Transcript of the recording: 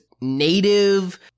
native